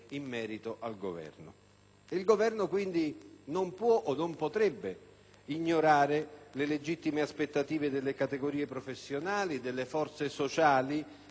Il Governo, quindi, non può o non potrebbe ignorare le legittime aspettative delle categorie professionali, delle forze sociali soprattutto ora: